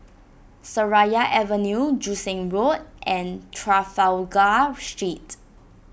Seraya Avenue Joo Seng Road and Trafalgar Street